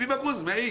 70% מה-X.